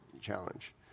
challenge